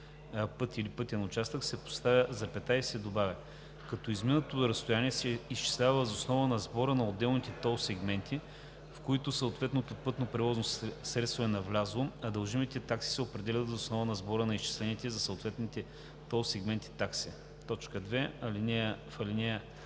път или пътен участък“ се поставя запетая и се добавя „като изминатото разстояние се изчислява въз основа на сбора на отделните тол сегменти, в които съответното пътно превозно средство е навлязло, а дължимите такси се определят въз основа на сбора на изчислените за съответните тол сегменти такси“. 2. В ал. 15 думите